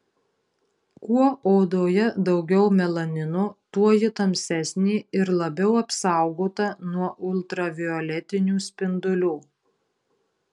kuo odoje daugiau melanino tuo ji tamsesnė ir labiau apsaugota nuo ultravioletinių spindulių